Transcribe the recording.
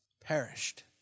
perished